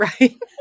right